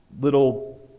little